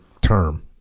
term